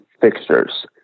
fixtures